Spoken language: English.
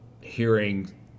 hearing